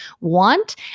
want